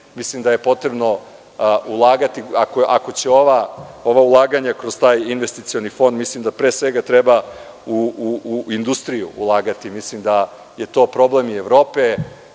Mislim da je potrebno ulagati. Ako će ova ulaganja kroz taj investicioni fond, mislim da pre svega treba u industriju ulagati. Mislim da je to problem i Evrope.